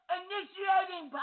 initiating